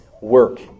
work